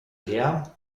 her